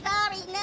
Sorry